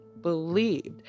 believed